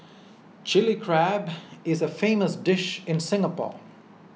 Chilli Crab is a famous dish in Singapore